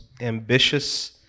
ambitious